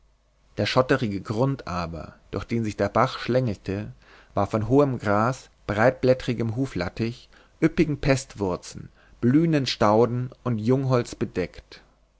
der schotterige grund aber durch den sich der bach schlängelte war von hohem gras breitblättrigem huflattich üppigen pestwurzen blühenden stauden und jungholz bedeckt